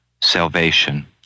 salvation